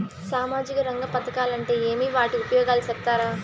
సామాజిక రంగ పథకాలు అంటే ఏమి? వాటి ఉపయోగాలు సెప్తారా?